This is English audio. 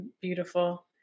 beautiful